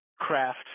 craft